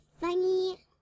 funny